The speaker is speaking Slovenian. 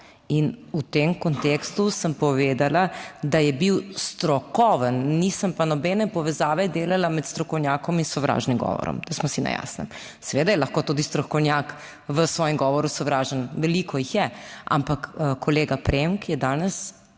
in v tem kontekstu sem povedala, da je bil strokoven. Nisem pa nobene povezave delala med strokovnjakom in sovražnim govorom, da smo si na jasnem. Seveda je lahko tudi strokovnjak v svojem govoru sovražen, veliko jih je, ampak kolega Premk je danes